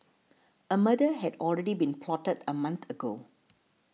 a murder had already been plotted a month ago